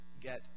get